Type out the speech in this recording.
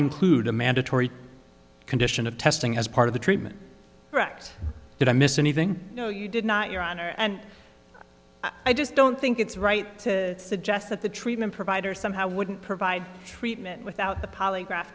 include a mandatory condition of testing as part of the treatment correct did i miss anything you know you did not your honor and i just don't think it's right to suggest that the treatment providers somehow wouldn't provide treatment without the polygraph